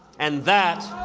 and that